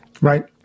Right